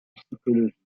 psychologie